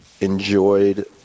enjoyed